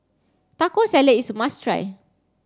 Taco Salad is a must try